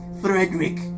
Frederick